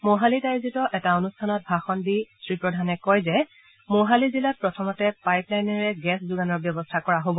মহালিত আয়োজিত এটা অনুষ্ঠানত ভাষণ দি শ্ৰীপ্ৰধানে কয় যে ম'হালি জিলাত প্ৰথমতে পাইপলাইনেৰে গেছ যোগানৰ ব্যৱস্থা কৰা হ'ব